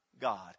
god